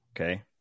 Okay